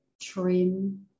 trim